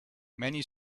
many